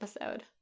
episode